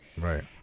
Right